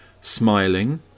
Smiling